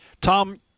Tom